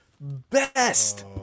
best